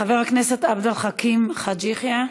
חבר הכנסת עבד אל חכים חאג' יחיא,